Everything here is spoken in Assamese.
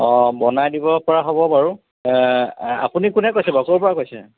অঁ বনাই দিব পৰা হ'ব বাৰু আপুনি কোনে কৈছে বাৰু ক'ৰ পৰা কৈছে